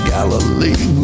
Galilee